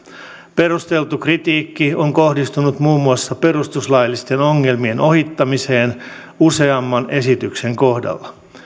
perusteltu kritiikki on kohdistunut muun muassa perustuslaillisten ongelmien ohittamiseen useamman esityksen kohdalla